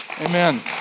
Amen